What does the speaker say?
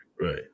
right